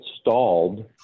stalled